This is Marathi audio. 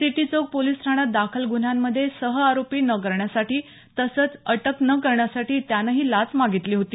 सिटी चौक पोलीस ठाण्यात दाखल गुन्ह्यामध्ये सहआरोपी न करण्यासाठी तसंच अटक न करण्यासाठी त्यानं ही लाच मागितली होती